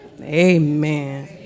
Amen